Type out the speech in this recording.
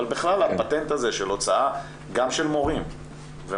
אבל בכלל הפטנט הזה של הוצאה, גם של מורים ומורות,